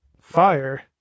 fire